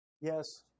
Yes